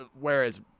Whereas